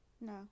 No